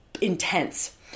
intense